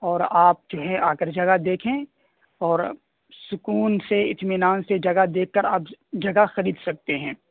اور آپ جو ہے آ کر جگہ دیکھیں اور سکون سے اطمینان سے جگہ دیکھ کر آپ جگہ خرید سکتے ہیں